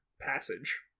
passage